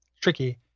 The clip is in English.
tricky